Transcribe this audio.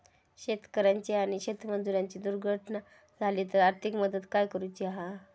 शेतकऱ्याची आणि शेतमजुराची दुर्घटना झाली तर आर्थिक मदत काय करूची हा?